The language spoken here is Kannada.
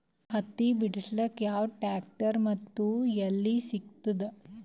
ಹತ್ತಿ ಬಿಡಸಕ್ ಯಾವ ಟ್ರ್ಯಾಕ್ಟರ್ ಮತ್ತು ಎಲ್ಲಿ ಸಿಗತದ?